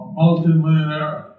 multi-millionaire